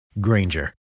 Granger